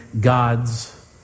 God's